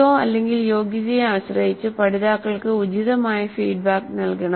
CO യോഗ്യതയെ ആശ്രയിച്ച് പഠിതാക്കൾക്ക് ഉചിതമായ ഫീഡ്ബാക്ക് നൽകണം